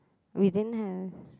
we didn't have